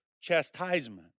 chastisement